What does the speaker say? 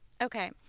okay